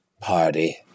party